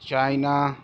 China